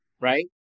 right